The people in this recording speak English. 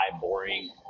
boring